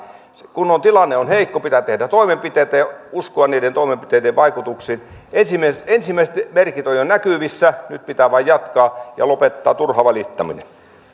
kun tilanne on heikko pitää tehdä toimenpiteitä ja uskoa niiden toimenpiteiden vaikutuksiin ensimmäiset merkit ovat jo näkyvissä nyt pitää vain jatkaa ja lopettaa turha valittaminen